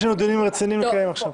יש לנו דיונים רציניים לקיים עכשיו.